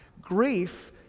grief